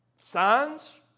Signs